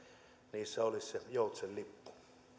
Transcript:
niissä olisi se joutsenlippu